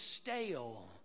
stale